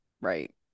Right